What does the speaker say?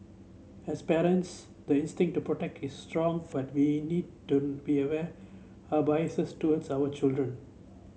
as parents the instinct to protect is strong but we need to be aware our biases towards our children